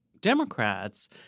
Democrats